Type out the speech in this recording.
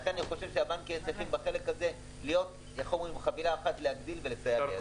לכן אני חושב שהבנקים צריכים בחלק הזה בחבילה אחת להגדיל ולסייע.